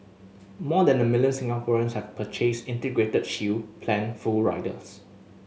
more than a million Singaporeans have purchased Integrated Shield Plan full riders